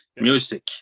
music